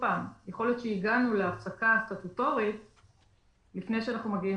שהגענו להפסקה הסטטוטורית לפני שאנחנו מגיעים